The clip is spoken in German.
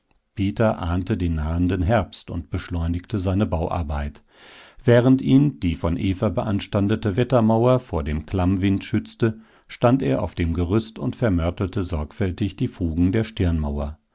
peter ahnte den nahenden herbst und beschleunigte seine bauarbeit während ihn die von eva beanstandete wettermauer vor dem klammwind schützte stand er auf dem gerüst und vermörtelte sorgfältig die fugen der